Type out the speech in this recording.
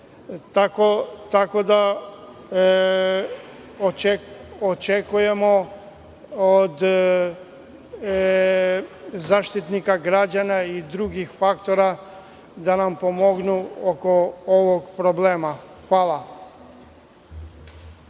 da, očekujemo od Zaštitnika građana i drugih faktora da nam pomognu oko ovog problema. Hvala.